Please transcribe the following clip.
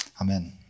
Amen